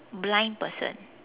blind person